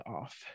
off